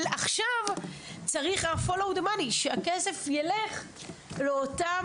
עכשיו צריך רק לעקוב אחרי הכסף, שהכסף ילך לאותם".